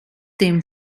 dem